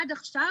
עד עכשיו